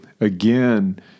again